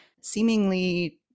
seemingly